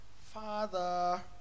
Father